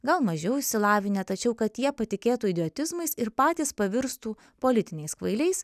gal mažiau išsilavinę tačiau kad jie patikėtų idiotizmais ir patys pavirstų politiniais kvailiais